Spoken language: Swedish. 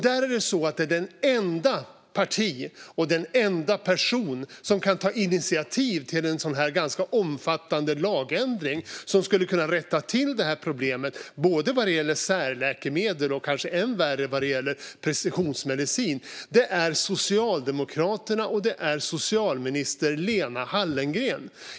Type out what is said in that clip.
Det enda parti och den enda person som kan ta initiativ till en sådan ganska omfattande lagändring, som skulle kunna rätta till problemet vad gäller både särläkemedel och kanske än värre precisionsmedicin, är Socialdemokraterna och socialminister Lena Hallengren.